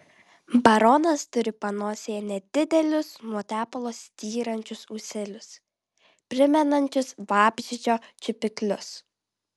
baronas turi panosėje nedidelius nuo tepalo styrančius ūselius primenančius vabzdžio čiupiklius